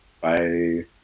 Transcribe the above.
Bye